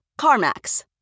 CarMax